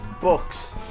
books